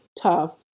tough